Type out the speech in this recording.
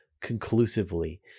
conclusively